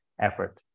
effort